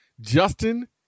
Justin